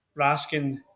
Raskin